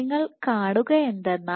നിങ്ങൾ കാണുക എന്തെന്നാൽ